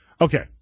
Okay